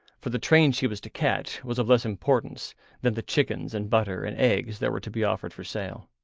for the train she was to catch was of less importance than the chickens and butter and eggs that were to be offered for sale.